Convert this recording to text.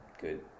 good